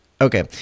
Okay